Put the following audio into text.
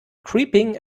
creeping